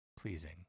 pleasing